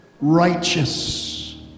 righteous